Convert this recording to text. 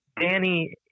Danny